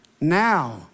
now